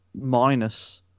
minus